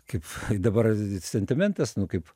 kaip dabar sentimentas nu kaip